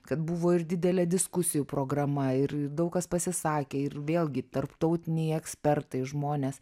kad buvo ir didelė diskusijų programa ir daug kas pasisakė ir vėlgi tarptautiniai ekspertai žmonės